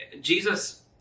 Jesus